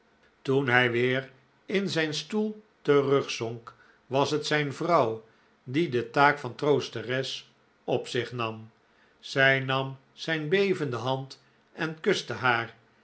toen hij weer in zijn stoel terugzonk was het zijn vrouw die de taak van troosteres op zich nam zij nam zijn bevende hand en kuste haar